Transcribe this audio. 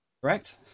Correct